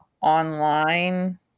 online